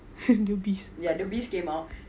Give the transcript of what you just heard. the beast